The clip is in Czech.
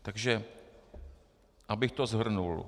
Takže abych to shrnul.